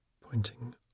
pointing